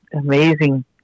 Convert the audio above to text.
amazing